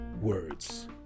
words